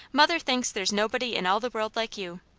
mother thinks there's nobody in all the world like you,